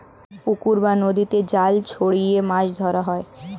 পুকুর বা নদীতে জাল ছড়িয়ে মাছ ধরা হয়